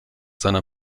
seiner